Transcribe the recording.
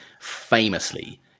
famously